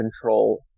control